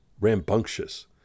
rambunctious